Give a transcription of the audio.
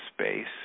space